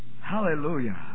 Hallelujah